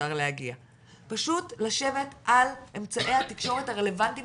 פשוט לשבת על אמצעי התקשורת הרלבנטיים